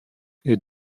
est